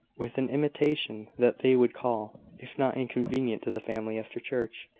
with an intimation that they would call, if not inconvenient to the family, after church.